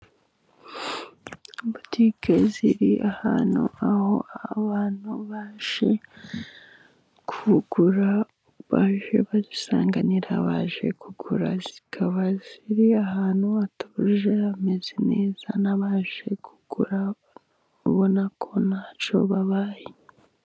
Butike ziri ahantu, aho abantu baje kugura, baje badusanganira, baje kugura, zikaba ziri ahantu hatuje hameze neza, n'abaje kugura ubona ko ntacyo babaye.